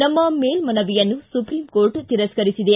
ನಮ್ಮ ಮೇಲ್ವನವಿಯನ್ನು supreme court ತಿರಸ್ಕರಿಸಿದೆ